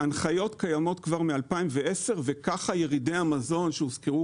ההנחיות קיימות כבר מ-2010 וכך ירידי המזון שהוזכרו